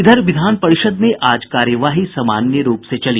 इधर विधान परिषद् में आज कार्यवाही सामान्य रूप से चली